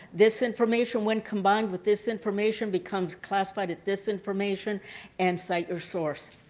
this information when combined with this information becomes classified at this information and cite your source.